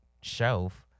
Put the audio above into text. shelf